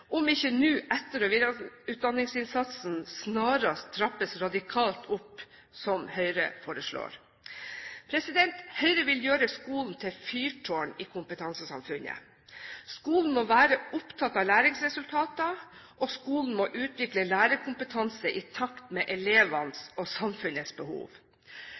om ikke etter- og videreutdanningsinnsatsen snarest trappes radikalt opp, som Høyre foreslår. Høyre vil gjøre skolen til fyrtårn i kompetansesamfunnet. Skolen må være opptatt av læringsresultater, og den må utvikle lærerkompetanse i takt med elevenes og samfunnets behov.